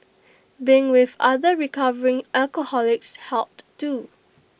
being with other recovering alcoholics helped too